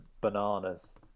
bananas